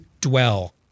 dwell